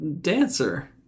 dancer